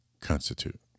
constitute